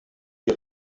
die